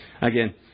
Again